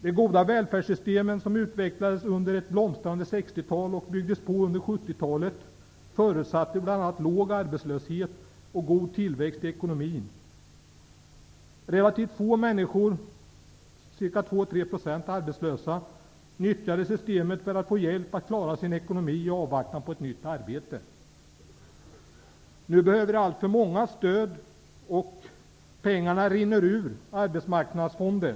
De goda välfärdssystem som utvecklades under ett blomstrande 60-tal och byggdes på under 70-talet förutsatte bl.a. låg arbetslöshet och god tillväxt i ekonomin. Relativt få människor, ca 2,3 % arbetslösa, nyttjade systemet för att få hjälp att klara sin ekonomi i avvaktan på ett nytt arbete. Nu behöver alltför många stöd, och pengarna rinner ur Arbetsmarknadsfonden.